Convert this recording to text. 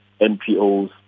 NPOs